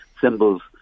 symbols